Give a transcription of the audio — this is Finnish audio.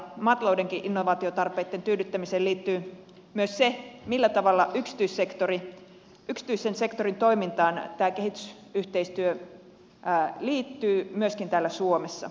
maataloudenkin innovaatiotarpeitten tyydyttämiseen liittyy myös se millä tavalla yksityisen sektorin toimintaan tämä kehitysyhteistyö liittyy myöskin täällä suomessa